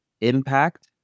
impact